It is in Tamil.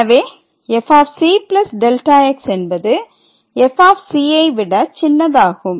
எனவே fc Δx என்பது f ஐ விட சின்னதாகும்